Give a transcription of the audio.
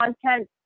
content